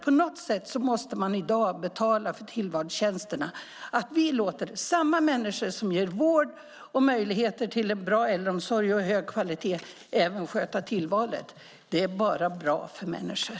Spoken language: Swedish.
På något sätt måste man i dag betala för tillvalstjänsterna. Vi låter samma människor som ger vård och möjligheter till en bra äldreomsorg av hög kvalitet även sköta tillvalet. Det är bara bra för människor.